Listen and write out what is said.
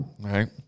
right